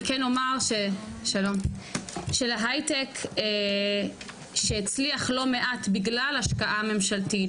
אני כן אומר של ההייטק שהצליח לא מעט בגלל השקעה ממשלתית,